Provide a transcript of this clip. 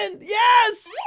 yes